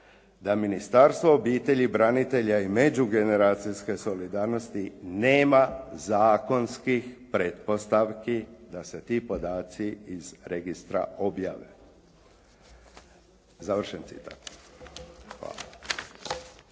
da Ministarstvo obitelji, branitelja i međugeneracijske solidarnosti nema zakonskih pretpostavki da se ti podaci iz registra objave.". Hvala.